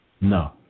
No